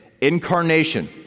Incarnation